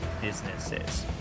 businesses